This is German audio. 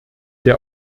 der